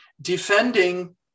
defending